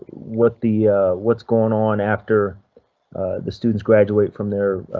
what the what's going on after the students graduate from their